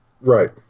Right